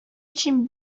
için